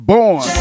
Born